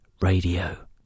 radio